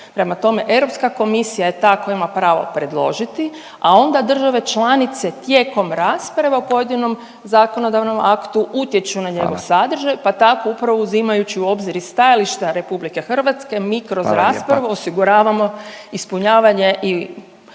Prema tome, Europska komisija je ta koja ima pravo predložiti, a onda države članice tijekom rasprave o pojedinom zakonodavnom aktu utječu na njegov…/Upadica Radin: Hvala./…sadržaj, pa tako upravo uzimajući u obzir i stajališta RH mi kroz…/Upadica Radin: Hvala lijepa./…raspravu osiguravamo ispunjavanje i